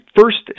first